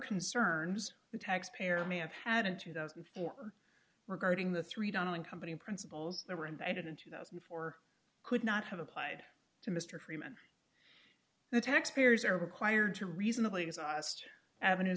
concerns the taxpayer may have had in two thousand and four regarding the three donna and company principles that were embedded in two thousand and four could not have applied to mr freeman the taxpayers are required to reasonably exhaust avenues